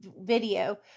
video